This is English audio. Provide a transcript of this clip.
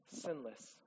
sinless